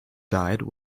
died